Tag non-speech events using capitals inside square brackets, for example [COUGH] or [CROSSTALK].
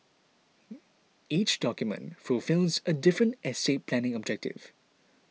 [NOISE] each document fulfils a different estate planning objective